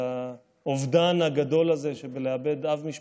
את האובדן הגדול הזה שבאיבוד אב משפחה,